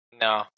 No